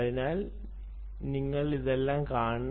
അതിനാൽ ഇതെല്ലാം നിങ്ങൾ കാണണം